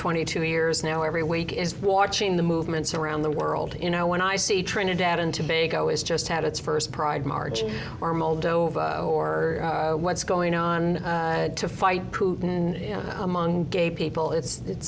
twenty two years now every week is watching the movements around the world you know when i see trinidad and tobago is just had its first pride march or or what's going on to fight putin among gay people it's